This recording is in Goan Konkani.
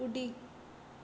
उडी